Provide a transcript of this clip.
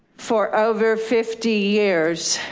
for over fifty years,